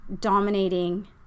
dominating